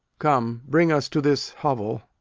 come, bring us to this hovel.